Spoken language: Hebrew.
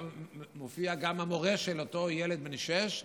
מופיע גם המורה של אותו ילד בן שש,